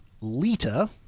Lita